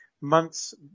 months